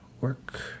work